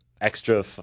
extra